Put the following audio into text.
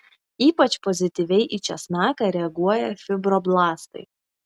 ypač pozityviai į česnaką reaguoja fibroblastai